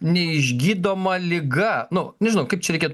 neišgydoma liga nu nežinau kaip čia reikėt